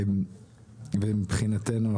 מבחינתנו,